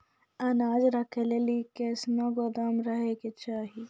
अनाज राखै लेली कैसनौ गोदाम रहै के चाही?